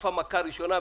חטפה מכה ראשונה,